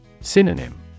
Synonym